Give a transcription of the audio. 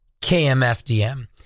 KMFDM